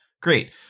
Great